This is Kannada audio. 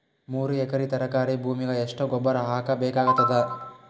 ಮೂರು ಎಕರಿ ತರಕಾರಿ ಭೂಮಿಗ ಎಷ್ಟ ಗೊಬ್ಬರ ಹಾಕ್ ಬೇಕಾಗತದ?